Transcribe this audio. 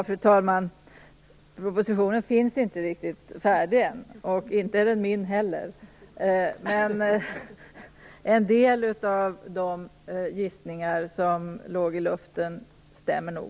Fru talman! Propositionen är inte riktigt färdig än, och inte är den min heller. Men en del av de gissningar som låg i luften stämmer nog.